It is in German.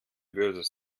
böses